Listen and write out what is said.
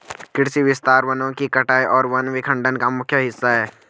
कृषि विस्तार वनों की कटाई और वन विखंडन का मुख्य हिस्सा है